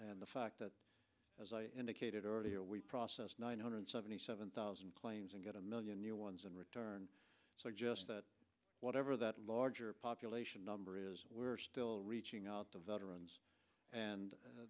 and the fact that as i indicated earlier we processed nine hundred seventy seven thousand claims and get a million new ones in return so just whatever that larger population number is we are still reaching out to veterans and